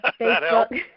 Facebook